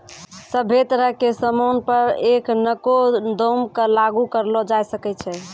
सभ्भे तरह के सामान पर एखनको दाम क लागू करलो जाय सकै छै